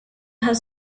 have